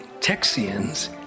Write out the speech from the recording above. Texians